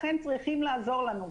לכן צריכים לעזור לנו.